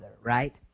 right